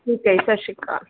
ਠੀਕ ਹੈ ਜੀ ਸਤਿ ਸ਼੍ਰੀ ਅਕਾਲ